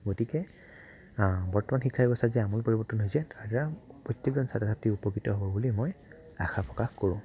গতিকে বৰ্তমান শিক্ষা ব্যৱস্থাত যি আমোল পৰিৱৰ্তন হৈছে তাৰদ্বাৰা প্ৰত্যেকজন ছাত্ৰ ছাত্ৰী উপকৃত হ'ব বুলি মই আশা প্ৰকাশ কৰোঁ